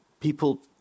People